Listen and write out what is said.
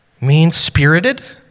mean-spirited